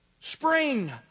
spring